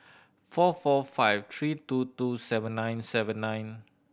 four four five three two two seven nine seven nine